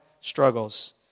struggles